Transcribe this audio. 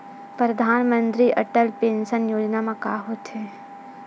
परधानमंतरी अटल पेंशन योजना मा का होथे?